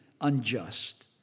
unjust